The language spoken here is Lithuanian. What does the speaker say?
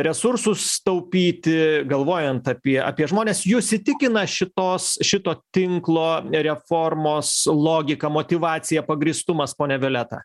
resursus taupyti galvojant apie apie žmones jus įtikina šitos šito tinklo reformos logika motyvacija pagrįstumas ponia violeta